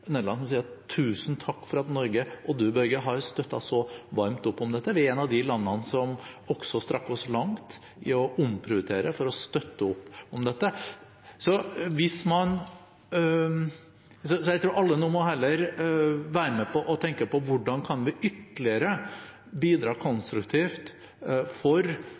Nederland som sier tusen takk for at Norge, og du, Børge, har støttet så varmt opp om dette. Vi er et av de landene som strakk oss langt i å omprioritere for å støtte opp om dette. Så jeg tror alle nå heller må være med og tenke på hvordan vi ytterligere kan bidra konstruktivt for